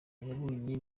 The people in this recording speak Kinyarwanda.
yabonye